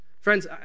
Friends